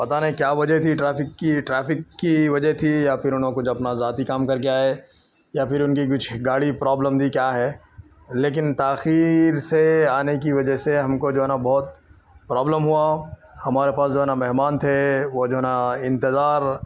پتا نہیں کیا وجہ تھی ٹریفک کی ٹریفک کی وجہ تھی یا پھر انہوں کچھ اپنا ذاتی کام کر کے آئے یا پھر ان کی کچھ گاڑی پرابلم تھی کیا ہے لیکن تاخیر سے آنے کی وجہ سے ہم کو جو ہے نا بہت پرابلم ہوا ہمارے پاس جو ہے نا مہمان تھے وہ جو ہے نا انتظار